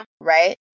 Right